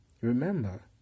Remember